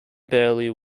barely